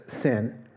sin